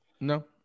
No